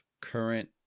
current